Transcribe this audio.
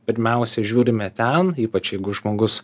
pirmiausia žiūrime ten ypač jeigu žmogus